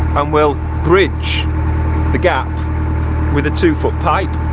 and we'll bridge the gap with a two-foot pipe.